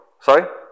Sorry